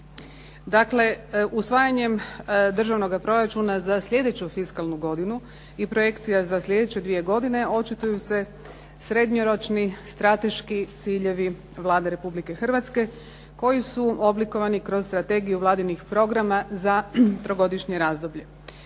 Dakle, usvajanjem državnoga proračuna za sljedeću fiskalnu godinu i projekcija za sljedeće dvije godinu očituju se srednjoročni strateški ciljevi Vlade Republike Hrvatske koji su oblikovani kroz strategiju vladinih programa za trogodišnje razdoblje.